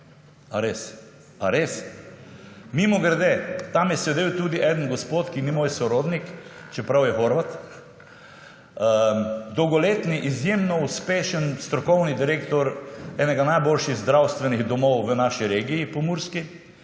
A res? A res? Mimogrede, tam je sedel tudi eden gospod, ki ni moj sorodnik, čeprav je Horvat, dolgoletni, izjemno uspešen strokovni direktor enega najboljših zdravstvenih domov v naši regiji, Porurski,